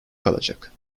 kalacak